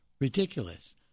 ridiculous